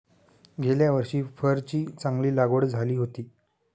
गेल्या वर्षी फरची चांगली लागवड झाली होती